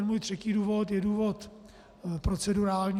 Můj třetí důvod je důvod čistě procedurální.